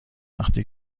وقتی